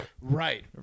Right